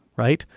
right.